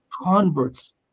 converts